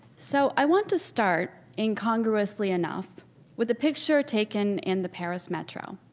so i want to start incongruously enough with a picture taken in the paris metro,